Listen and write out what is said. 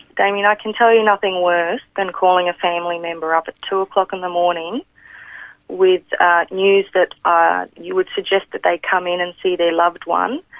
damien, i can tell you nothing worse than calling a family member up at two o'clock in the morning with news that ah you would suggest that they come in and see their loved one,